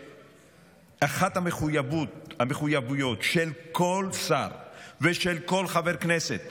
שאחת המחויבויות של כל שר ושל כל חבר כנסת